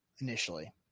initially